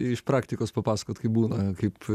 iš praktikos papasakot kaip būna kaip